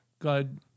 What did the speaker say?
God